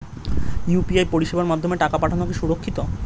UPI পরিষেবার মাধ্যমে টাকা পাঠানো কি সুরক্ষিত?